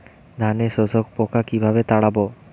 ধানে শোষক পোকা কিভাবে তাড়াব?